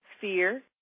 fear